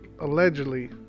allegedly